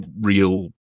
real